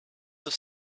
have